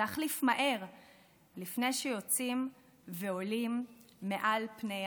להחליף מהר,/ לפני שיוצאים ועולים / מעל פני האדמה".